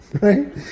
Right